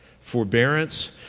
forbearance